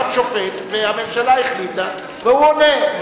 העם שופט והממשלה החליטה, והוא עונה.